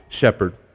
shepherd